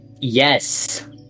Yes